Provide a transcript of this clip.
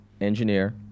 Engineer